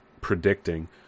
predicting